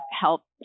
help